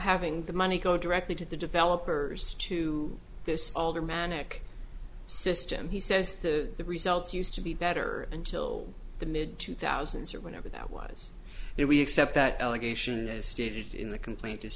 having the money go directly to the developers to this aldermanic system he says the results used to be better until the mid two thousand so whenever that was it we accept that allegation as stated in the complaint is